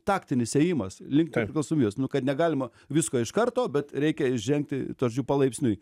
taktinis ėjimas link nepriklausomybės nu kad negalima visko iš karto bet reikia žengti tuo džiu palaipsniui